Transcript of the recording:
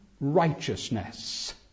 righteousness